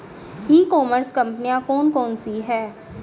ई commerce कंपनियाँ कौन कौन सी हैं?